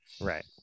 Right